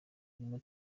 birimo